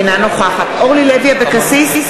אינה נוכחת אורלי לוי אבקסיס,